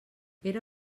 era